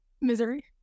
Misery